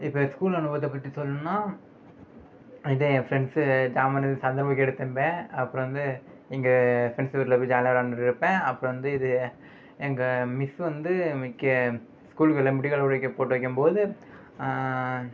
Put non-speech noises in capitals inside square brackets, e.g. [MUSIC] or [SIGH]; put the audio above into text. இப்போ ஸ்கூல் அனுபவத்தை பற்றி சொல்லணுன்னா இது ஏ ஃப்ரண்ட்ஸு சாமான [UNINTELLIGIBLE] எடுத்தேன்ப அப்புறம் வந்து இங்கே ஃப்ரண்ட்ஸ் வீட்டில் போய் ஜாலியாக விளையாண்டுட்ருப்பேன் அப்புறம் வந்து இது எங்கள் மிஸ் வந்து நிற்க ஸ்கூல்க்கு வெளில முட்டி கால் போட வைக்க போட்டு வைக்கும்போது